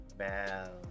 bell